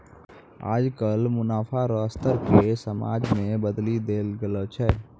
आजकल मुनाफा रो स्तर के समाज मे बदली देल गेलो छै